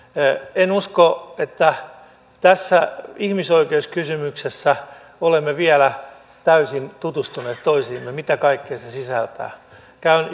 en usko että tässä ihmisoikeuskysymyksessä olemme vielä täysin tutustuneet toisiimme mitä kaikkea se sisältää käyn